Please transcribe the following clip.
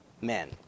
men